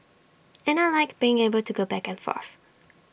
and I Like being able to go back and forth